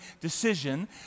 decision